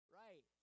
right